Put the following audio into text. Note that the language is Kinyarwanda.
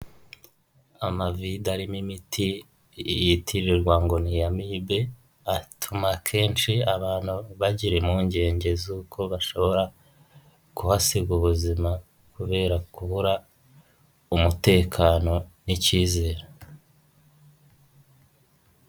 Amavide arimo imiti yitirirwa ngo ni iya amibe, atuma akenshi abantu bagira impungenge z'uko bashobora kuhasiga ubuzima kubera kubura umutekano n'icyizere.